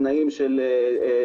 תנאים של חזות,